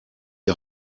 die